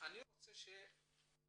אני רוצה פתרון